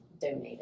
donated